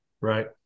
Right